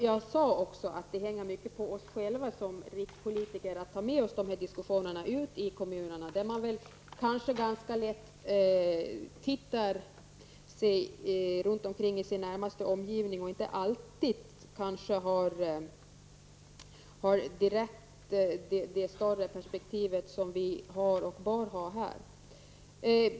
Jag sade också att det hänger mycket på oss själva som rikspolitiker att föra ut dessa diskussioner till kommunerna, där man kanske inte ser längre än till den närmaste omgivningen och inte alltid har det större perspektiv som vi bör ha här.